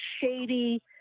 shady